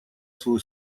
свою